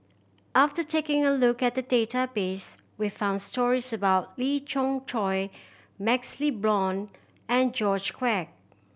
after taking a look at the database we found stories about Lee Choy MaxLe Blond and George Quek